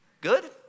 Good